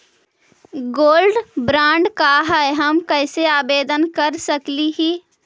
Gold bond का है, हम कैसे आवेदन कर सकली ही?